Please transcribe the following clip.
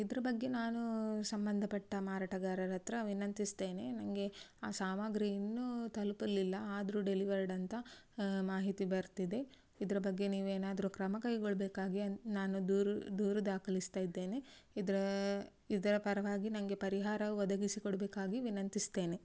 ಇದ್ರ ಬಗ್ಗೆ ನಾನು ಸಂಬಂಧಪಟ್ಟ ಮಾರಾಟಗಾರರಹತ್ರ ವಿನಂತಿಸ್ತೇನೆ ನಂಗೆ ಆ ಸಾಮಗ್ರಿ ಇನ್ನೂ ತಲುಪಲಿಲ್ಲ ಆದರು ಡೆಲಿವರ್ಡ್ ಅಂತ ಮಾಹಿತಿ ಬರ್ತಿದೆ ಇದರ ಬಗ್ಗೆ ನೀವೇನಾದರು ಕ್ರಮಕೈಗೊಳ್ಬೇಕಾಗಿ ನಾನು ದೂರು ದೂರು ದಾಖಲಿಸ್ತಾಯಿದ್ದೇನೆ ಇದರ ಇದರ ಪರವಾಗಿ ನಂಗೆ ಪರಿಹಾರ ಒದಗಿಸಿ ಕೊಡಬೇಕಾಗಿ ವಿನಂತಿಸ್ತೇನೆ